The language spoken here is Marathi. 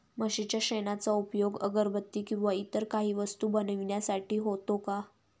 म्हशीच्या शेणाचा उपयोग अगरबत्ती किंवा इतर काही वस्तू बनविण्यासाठी होतो का?